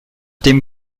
dem